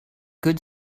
good